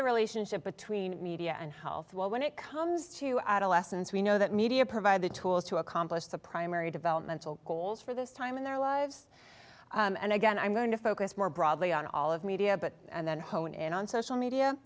the relationship between media and health when it comes to adolescents we know that media provide the tools to accomplish the primary developmental goals for this time in their lives and again i'm going to focus more broadly on all of media but then hone in on social media